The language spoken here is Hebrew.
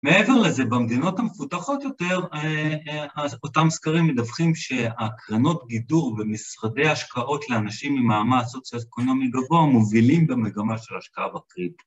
מעבר לזה במדינות המפותחות יותר אז אותם סקרים מדווחים שהקרנות גידור במשרדי השקעות לאנשים ממעמד סוציו-אקונומי גבוה מובילים במגמה של השקעה בכריית